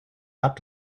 app